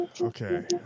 Okay